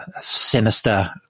sinister